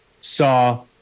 saw